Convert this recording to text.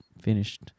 finished